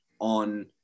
on